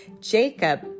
Jacob